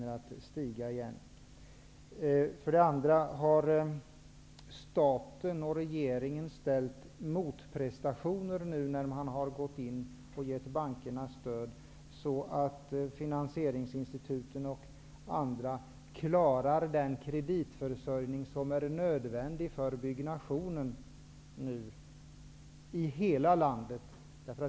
Vidare vill jag fråga om staten och regeringen har ställt krav på motprestationer nu när man ger bankerna stöd så att finansieringsinstituten och andra klarar den kreditförsörjning som är nödvändig för byggnationen i hela landet.